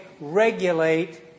regulate